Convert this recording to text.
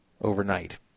overnight